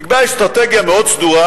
נקבעה אסטרטגיה מאוד סדורה,